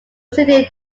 city